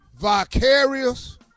vicarious